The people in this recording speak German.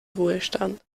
ruhestand